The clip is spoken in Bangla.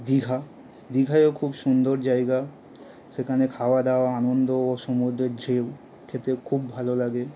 দীঘা দীঘাও খুব সুন্দর জায়গা সেখানে খাওয়াদাওয়া আনন্দ ও সুমুদ্রের ঢেউ খেতে খুব ভালো লাগে